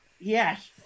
Yes